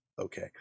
okay